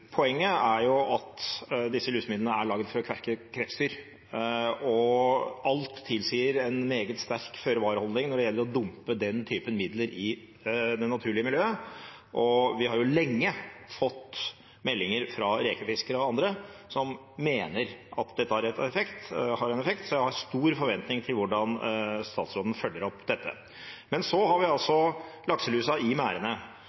alt tilsier en meget sterk føre-var-holdning når det gjelder å dumpe den typen midler i det naturlige miljøet. Vi har lenge fått meldinger fra rekefiskere og andre som mener at dette har en effekt, så jeg har stor forventning til hvordan statsråden følger opp dette. Men så har vi lakselusa i